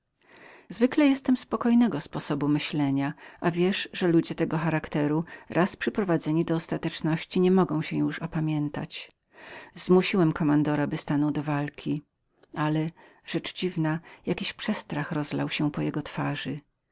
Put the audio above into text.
zwykle jestem spokojnego sposobu myślenia a wiesz że ludzie tego charakteru raz przyprowadzeni do ostateczności nie mogą się już upamiętać zmusiłem kommandora że musiał się złożyć ale sam nie wiem jaki przestrach rozlał się po jego twarzy